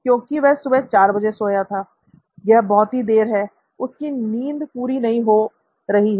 क्योंकि वह सुबह 400 बजे सोया था यह भी बहुत देर है उसकी नींद पूरी नहीं हो रही है